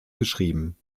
geschrieben